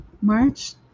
March